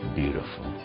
beautiful